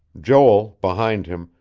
joel, behind him,